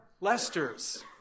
Lester's